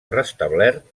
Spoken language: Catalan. restablert